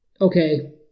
okay